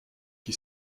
qui